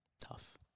Tough